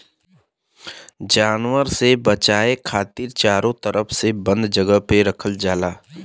जानवर से बचाये खातिर चारो तरफ से बंद जगह पे रखल जाला